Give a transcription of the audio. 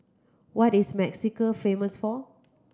what is Mexico famous for